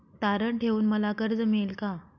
तारण ठेवून मला कर्ज मिळेल का?